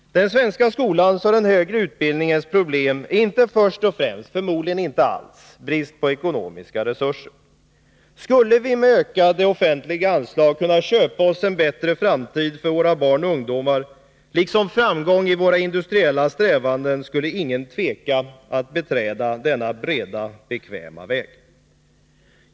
Den svenska skolans och den högre utbildningens problem är inte först och främst — förmodligen inte alls — brist på ekonomiska resurser. Skulle vi med ökade offentliga anslag kunna köpa oss en bättre framtid för våra barn och ungdomar liksom framgång i våra industriella strävanden, skulle ingen tveka att beträda denna breda bekväma väg.